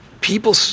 people